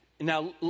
Now